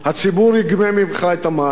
הציבור יגבה ממך את המס.